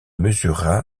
mesura